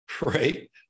right